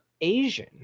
Asian